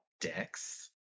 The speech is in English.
dex